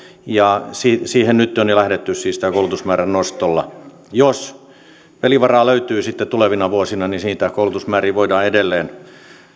ja siihen nyt on jo lähdetty tällä koulutusmäärän nostolla jos pelivaraa löytyy sitten tulevina vuosina niin niitä koulutusmääriä voidaan edelleen